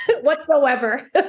whatsoever